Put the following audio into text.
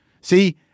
See